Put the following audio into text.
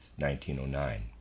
1909